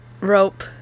rope